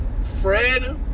Fred